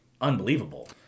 unbelievable